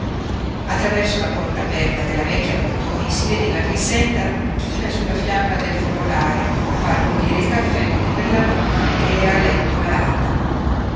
attraverso la porta aperta della vecchia pottoi si vedeva grixenda china sulla fiamma del focolare a far bollire il caffè per la nonna ch'era a letto malata